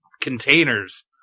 containers